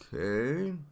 Okay